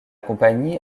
compagnie